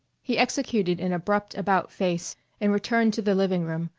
he executed an abrupt about-face and returned to the living room,